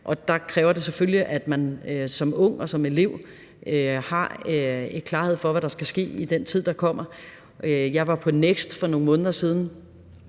og der kræver det selvfølgelig, at man som ung og som elev har klarhed over, hvad der skal ske i den tid, som kommer. Jeg var på NEXT for nogle måneder siden